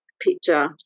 picture